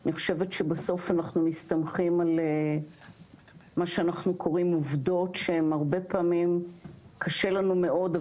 אני חושבת שבסוף אנחנו מסתמכים על עובדות שהרבה פעמים קשה לנו מאוד,